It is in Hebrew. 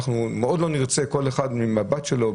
לא נרצה שכל אחד מהמבט שלו,